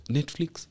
Netflix